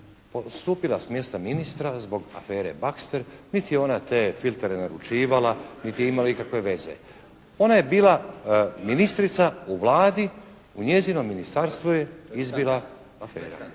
odstupila s mjesta ministra zbog afere Bagster. Niti je ona te filtere naručivala, niti je imala ikakve veze. Ona je bila ministrica u Vladi, u njezinom ministarstvu je izbila afera.